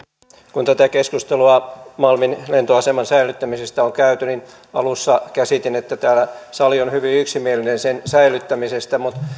kun tätä keskustelua malmin lentoaseman säilyttämisestä on käyty niin alussa käsitin että täällä sali on hyvin yksimielinen sen säilyttämisestä mutta